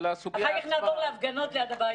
אחר כך נעבור להפגנות ליד הבית שלו.